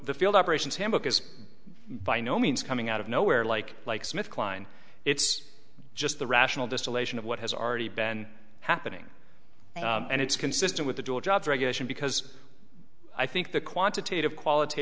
the field operations handbook is by no means coming out of nowhere like like smith kline it's just the rational distillation of what has already been happening and it's consistent with the dual job regulation because i think the quantitative qualit